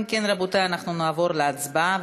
אם כן, רבותי, נעבור להצבעה.